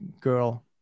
girl